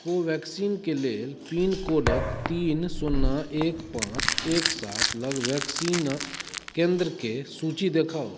कोवेक्सिनके लेल पिनकोडक तीन शुन्ना एक पाँच एक सात लग वैक्सीनक केन्द्रके सूची देखाउ